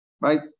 right